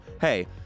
hey